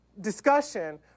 discussion